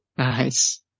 Nice